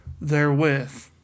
therewith